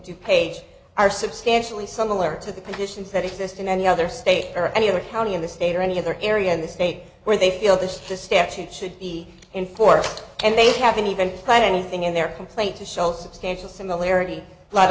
du page are substantially similar to the conditions that exist in any other state or any other county in the state or any other area in the state where they feel the stamp should should be enforced and they haven't even tried anything in their complaint to show substantial similarity let